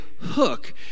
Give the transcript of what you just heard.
hook